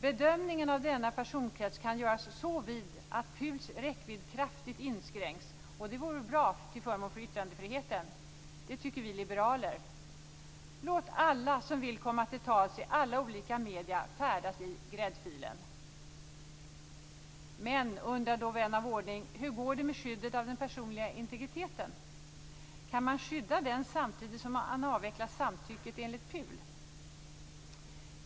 Bedömningen av denna personkrets kan göras så vid att PUL:s räckvidd kraftigt inskränks, vilket vi liberaler tycker vore bra och till förmån för yttrandefriheten. Låt alla som vill komma till tals i alla olika medier färdas i Men, undrar då vän av ordning, hur går det med skyddet av den personliga integriteten? Kan man skydda den samtidigt som man avvecklar samtycket enligt PUL?